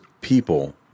people